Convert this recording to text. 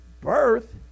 birth